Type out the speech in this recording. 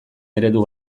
eredu